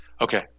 Okay